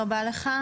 תודה רבה לך.